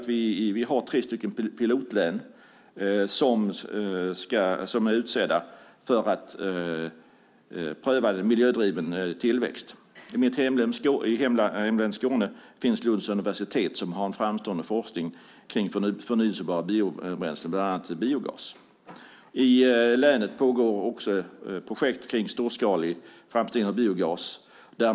Vi har tre pilotlän som är utsedda för att pröva miljödriven tillväxt. I mitt hemlän Skåne finns Lunds universitet som har en framstående forskning på området förnybara biobränslen, bland annat biogas. I länet pågår också ett projekt med storskalig framställning av biogas.